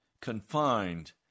confined